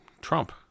Trump